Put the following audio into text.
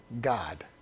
God